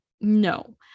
No